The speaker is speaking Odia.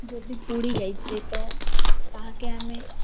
ଯଦି ପୁଡ଼ି ଯାଇଚ ତ ତାହାକେ ଆମେ